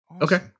Okay